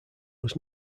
was